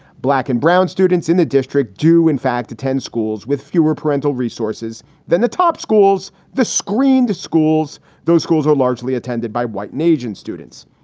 black and brown students in the district do, in fact, attend schools with fewer parental resources than the top schools. the screen, the schools, those schools are largely attended by white and asian students.